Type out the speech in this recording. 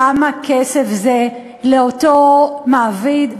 כמה כסף זה לאותו מעביד,